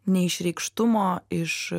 neišreikštumo iš